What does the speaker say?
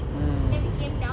mm